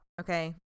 okay